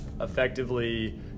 Effectively